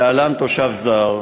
להלן: תושב זר,